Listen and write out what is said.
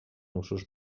usos